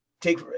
take